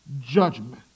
judgment